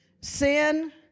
Sin